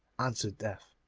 answered death,